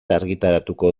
argitaratuko